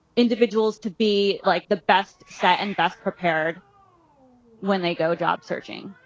individuals to be like the best set and best prepared when they go job searching?